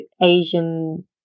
Asian